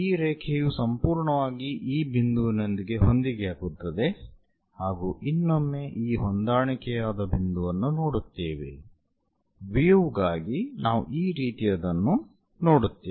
ಈ ರೇಖೆಯು ಸಂಪೂರ್ಣವಾಗಿ ಈ ಬಿಂದುವಿನೊಂದಿಗೆ ಹೊಂದಿಕೆಯಾಗುತ್ತದೆ ಹಾಗೂ ಇನ್ನೊಮ್ಮೆ ಈ ಹೊಂದಾಣಿಕೆಯಾದ ಬಿಂದುವನ್ನು ನೋಡುತ್ತೇವೆ ವ್ಯೂ ಗಾಗಿ ನಾವು ಈ ರೀತಿಯದನ್ನು ನೋಡುತ್ತೇವೆ